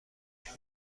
زرشک